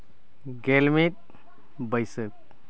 ᱜᱮᱞᱢᱤᱫ ᱵᱟᱹᱭᱥᱟᱹᱠᱷ